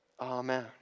Amen